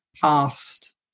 past